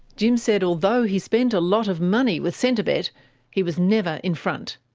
jim said although he spent a lot of money with centrebet, he was never in front.